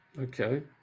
Okay